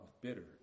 bitter